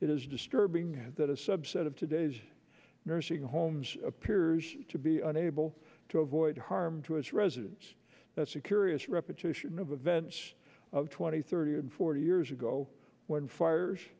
is disturbing that a subset of today's nursing homes appears to be unable to avoid harm to its residents that's a curious repetition of events of twenty thirty and forty years ago when fires